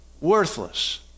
worthless